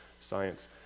Science